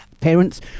Parents